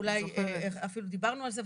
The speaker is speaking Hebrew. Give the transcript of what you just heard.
אולי אפילו דיברנו על זה.